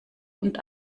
und